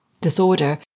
disorder